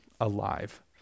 alive